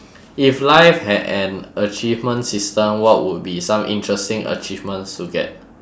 if life had an achievement system what would be some interesting achievements to get